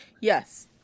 Yes